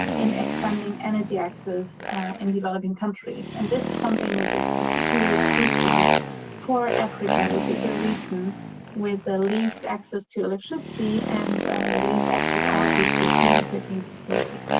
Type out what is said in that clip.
in expanding energy access in developing country, and this is something which is particularly crucial for africa, which is a region with the least access to electricity, and the least access, also, to clean cooking facility.